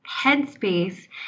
headspace